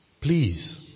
Please